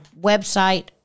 website